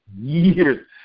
Years